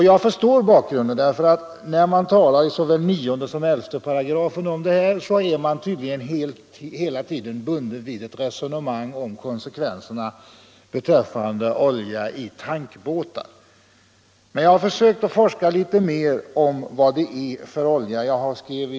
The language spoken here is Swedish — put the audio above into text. Jag förstår bakgrunden, därför att — Nr 86 när man talar om det här i såväl 9 som 11 §§ är man hela tiden bunden Torsdagen den vid ett resonemang om konsekvenserna beträffande olja i tankbåtar. Men 18 mars 1976 jag har försökt att forska litet mer om vad det är för olja som släpps — ut.